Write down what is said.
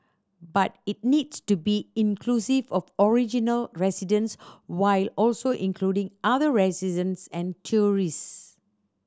but it needs to be inclusive of original residents while also including other residents and tourists